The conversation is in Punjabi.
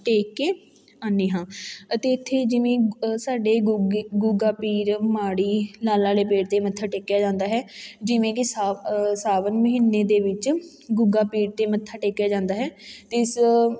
ਟੇਕ ਕੇ ਆਉਂਦੇ ਹਾਂ ਅਤੇ ਇੱਥੇ ਜਿਵੇਂ ਸਾਡੇ ਗੁੱਗੇ ਗੁੱਗਾ ਪੀਰ ਮਾੜੀ ਲਾਲਾਂ ਵਾਲੇ ਪੀਰ ਦੇ ਮੱਥਾ ਟੇਕਿਆ ਜਾਂਦਾ ਹੈ ਜਿਵੇਂ ਕਿ ਸਾ ਸਾਵਨ ਮਹੀਨੇ ਦੇ ਵਿੱਚ ਗੁੱਗਾ ਪੀਰ 'ਤੇ ਮੱਥਾ ਟੇਕਿਆ ਜਾਂਦਾ ਹੈ ਅਤੇ ਇਸ